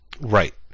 Right